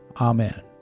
Amen